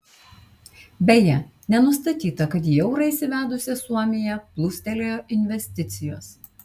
beje nenustatyta kad į eurą įsivedusią suomiją plūstelėjo investicijos